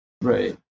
right